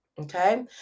Okay